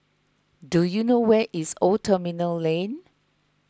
do you know where is Old Terminal Lane